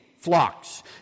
flocks